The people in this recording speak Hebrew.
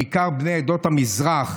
בעיקר בני עדות המזרח,